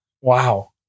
Wow